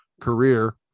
career